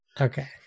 Okay